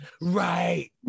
Right